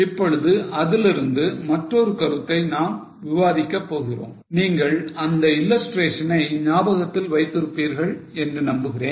இப்பொழுது அதிலிருந்து மற்றொரு கருத்தை நாம் விவாதிக்கப் போகிறோம் நீங்கள் அந்த illustration ஐ ஞாபகத்தில் வைத்து இருப்பீர்கள் என்று நம்புகிறேன்